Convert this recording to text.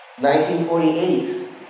1948